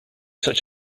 such